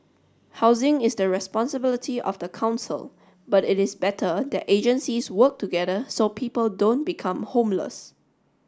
housing is the responsibility of the council but it is better that agencies work together so people don't become homeless